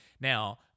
Now